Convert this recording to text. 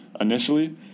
initially